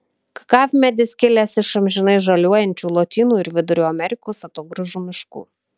kakavmedis kilęs iš amžinai žaliuojančių lotynų ir vidurio amerikos atogrąžų miškų